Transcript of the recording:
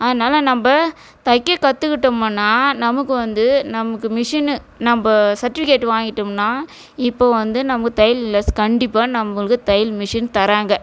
அதனால நம்ப தைக்க கற்றுக்கிட்டோமுன்னா நமக்கு வந்து நமக்கு மிஷின்னு நம்ப சர்டிவிகேட் வாங்கிவிட்டோம்னா இப்போ வந்து நமக்கு தையல் க்ளாஸ் கண்டிப்பாக நம்மளுக்கு தையல் மிஷின் தராங்க